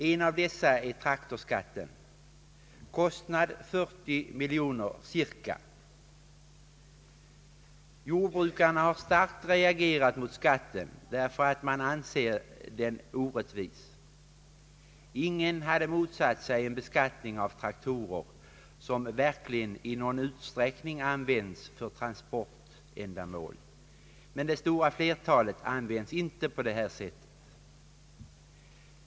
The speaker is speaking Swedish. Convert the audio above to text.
En av dessa är traktorskatten, som kostar cirka 40 miljoner kronor. Jordbrukarna har starkt reagerat mot skatten, därför att de anser den orättvis. Ingen hade motsatt sig en beskattning av traktorer, som verkligen i någon större utsträckning används för transportändamål, men det stora flertalet används inte på detta sätt.